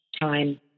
time